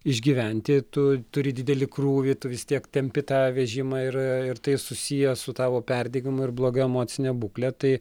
išgyventi tu turi didelį krūvį tu vis tiek tempi tą vežimą ir ir tai susiję su tavo perdegimu ir bloga emocine būkle tai